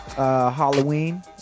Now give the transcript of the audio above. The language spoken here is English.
Halloween